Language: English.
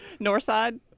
Northside